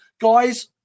guys